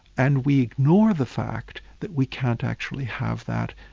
and we ignore the fact that we can't actually have that,